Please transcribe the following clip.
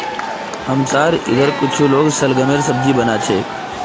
हमसार इधर कुछू लोग शलगमेर सब्जी बना छेक